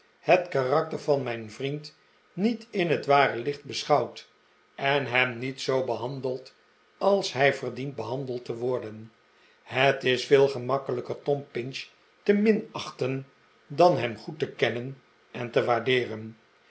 het karakter van mijn vriend niet in het ware licht beschouwt en hem niet zoo behandelt als hij verdient behandeld te worden het is veel gemakkelijker tom pinch te minachten dan hem goed te kennen en te waardeeren